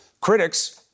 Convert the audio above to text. Critics